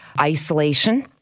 isolation